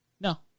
No